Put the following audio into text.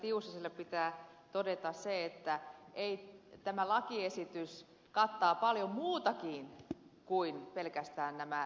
tiusaselle pitää todeta se että tämä lakiesitys kattaa paljon muutakin kuin pelkästään nämä virka ja työsuhteet